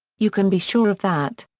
you can be sure of that.